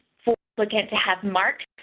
looking to have mark